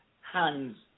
hands